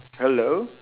hello